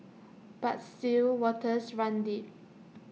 but still waters run deep